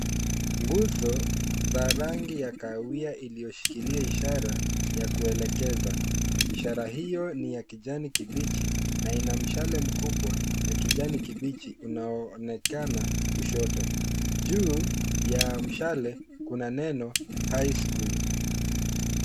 Nguzo za rangi ya kahawia iliyoshikilia ishara ya kuelekeza. Ishara hiyo ni ya kijani kibichi na ina mshale mkubwa ya kijani kibichi unaoonekana kushoto. Juu ya mshale kuna neno high school .